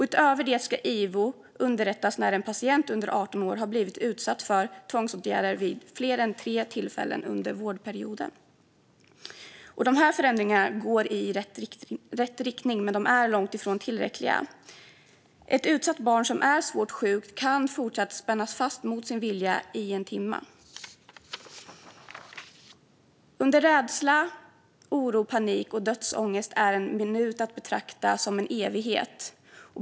Utöver det ska IVO underrättas när en patient under 18 år har blivit utsatt för tvångsåtgärder vid fler än tre tillfällen under vårdperioden. Dessa förändringar går i rätt riktning, men de är långt ifrån tillräckliga. Ett utsatt barn som är svårt sjukt kan fortsatt spännas fast mot sin vilja i en timme. Under rädsla, oro, panik och dödsångest är en minut att betrakta som en evighet.